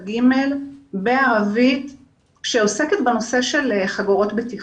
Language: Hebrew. ג' בערבית שעוסקת בנושא של חגורות בטיחות.